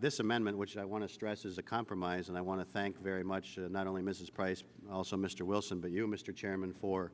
this amendment which i want to stress is a compromise and i want to thank very much not only mrs price also mr wilson but you mr chairman for